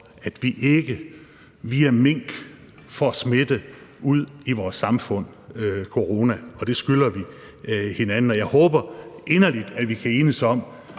at vi ikke via mink får coronasmitte ud i vores samfund. Det skylder vi hinanden. Jeg håber inderligt, at vi kan enes om,